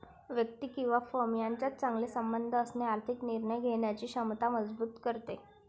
व्यक्ती किंवा फर्म यांच्यात चांगले संबंध असणे आर्थिक निर्णय घेण्याची क्षमता मजबूत करते